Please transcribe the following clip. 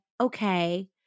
Okay